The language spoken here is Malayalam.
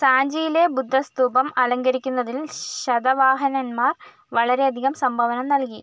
സാഞ്ചിയിലെ ബുദ്ധ സ്തൂപം അലങ്കരിക്കുന്നതിൽ ശതവാഹനന്മാർ വളരെയധികം സംഭാവന നൽകി